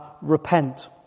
Repent